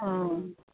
অঁ